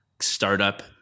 startup